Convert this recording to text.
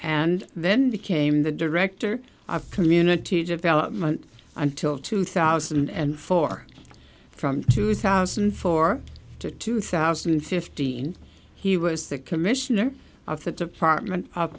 and then became the director of community development until two thousand and four from two thousand and four to two thousand and fifteen he was the commissioner of the department of